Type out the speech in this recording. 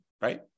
Right